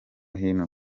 hino